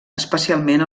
especialment